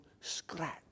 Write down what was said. scratch